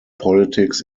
politics